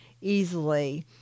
easily